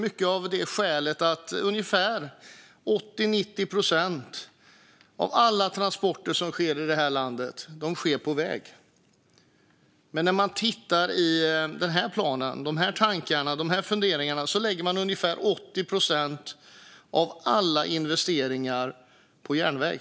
Ett viktigt skäl till detta är att 80-90 procent av alla transporter som sker i det här landet sker på väg, medan man i den här planen och med dessa tankar och funderingar lägger ungefär 80 procent av alla investeringar på järnväg.